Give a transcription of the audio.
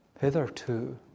Hitherto